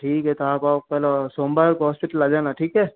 ठीक तो आप फिर एक बार सोमवार को हॉस्पिटल आ जाना ठीक है